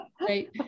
Right